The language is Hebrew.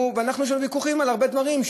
יש לנו ויכוחים על הרבה דברים,